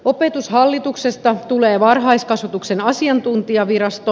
opetushallituksesta tulee varhaiskasvatuksen asiantuntijavirasto